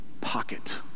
pocket